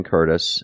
Curtis